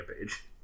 page